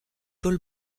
paul